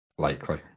Likely